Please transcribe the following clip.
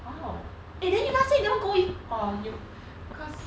!wow! eh then you last year you never go orh you cause